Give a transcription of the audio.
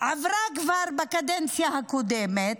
גם עברה כבר בקדנציה הקודמת,